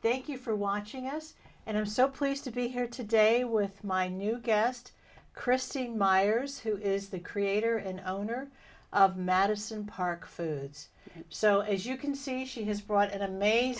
thank you for watching us and i'm so pleased to be here today with my new guest christine meyers who is the creator and owner of madison park foods so as you can see she has brought an ama